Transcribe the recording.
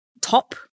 top